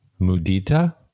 mudita